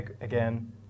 again